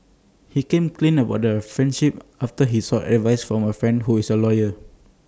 he came clean about their friendship after he sought advice from A friend who is A lawyer